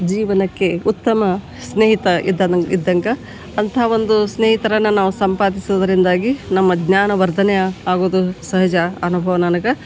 ಜೀವನಕ್ಕೆ ಉತ್ತಮ ಸ್ನೇಹಿತ ಇದ್ದನ ಇದ್ದಂಗೆ ಅಂಥ ಒಂದು ಸ್ನೇಹಿತರನ್ನು ನಾವು ಸಂಪಾದಿಸೋದರಿಂದಾಗಿ ನಮ್ಮ ಜ್ಞಾನವರ್ಧನೆಯು ಆಗೋದು ಸಹಜ ಅನುಭವ ನನಗೆ